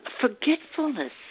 forgetfulness